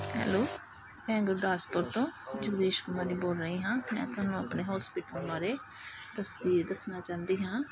hello ਮੈਂ ਗੁਰਦਾਸਪੁਰ ਤੋਂ ਜਗਦੀਸ਼ ਕੁਮਾਰੀ ਬੋਲ ਰਹੀ ਹਾਂ ਮੈਂ ਤੁਹਾਨੂੰ ਆਪਣੇ ਹੋਸਪੀਟਲ ਬਾਰੇ ਤਸਦੀਰ ਦੱਸਣਾ ਚਾਹੁੰਦੀ ਹਾਂ